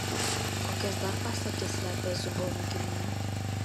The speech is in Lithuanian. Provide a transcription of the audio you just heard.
kokias dar paslaptis slepia zubovų giminė